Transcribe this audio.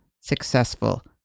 successful